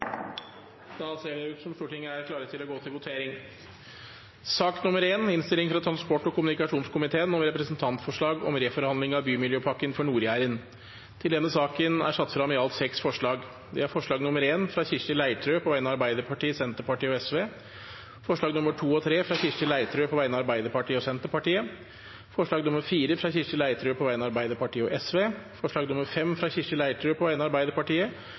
Da ser det ut til at Stortinget er klar til å gå til votering. Under debatten er det satt frem i alt seks forslag. Det er forslag nr. 1, fra Kirsti Leirtrø på vegne av Arbeiderpartiet, Senterpartiet og Sosialistisk Venstreparti forslagene nr. 2 og 3, fra Kirsti Leirtrø på vegne av Arbeiderpartiet og Senterpartiet forslag nr. 4, fra Kirsti Leirtrø på vegne av Arbeiderpartiet og Sosialistisk Venstreparti forslag nr. 5, fra Kirsti Leirtrø på vegne av Arbeiderpartiet